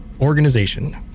organization